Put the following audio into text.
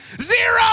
zero